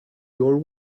your